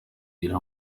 kugira